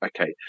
Okay